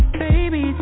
baby